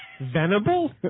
Venable